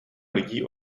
lidí